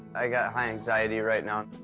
i got high anxiety right now.